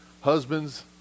Husbands